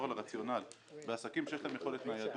על הרציונל בעסקים שיש להם יכולת ניידות,